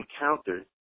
encountered